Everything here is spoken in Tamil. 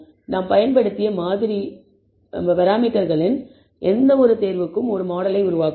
நாம் பயன்படுத்திய பராமீட்டர்களின் எந்தவொரு தேர்வுக்கும் ஒரு மாடலை உருவாக்குவோம்